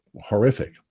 horrific